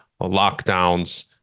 lockdowns